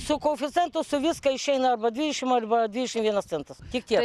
su koeficientu su viską išeina arba dvidešim arba dvidešim vienas centas tik tiek